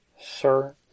Sir